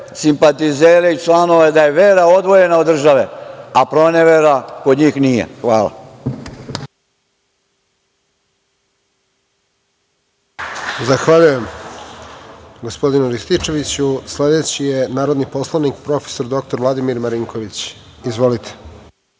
simpatizere i članove da je vera odvojena od države a pronevera kod njih nije. Hvala. **Radovan Tvrdišić** Zahvaljujem gospodinu Rističeviću. Sledeći je narodni poslanik prof. dr Vladimir Marinković. Izvolite.